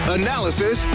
analysis